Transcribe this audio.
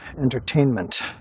Entertainment